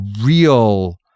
real